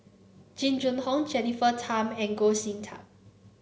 Jing Jun Hong Jennifer Tham and Goh Sin Tub